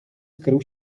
skrył